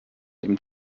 dem